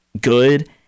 good